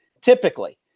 typically